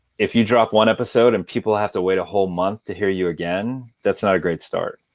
if you drop one episode and people have to wait a whole month to hear you again, that's not a great start.